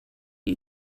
you